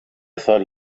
thought